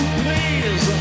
please